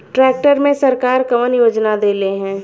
Tractor मे सरकार कवन योजना देले हैं?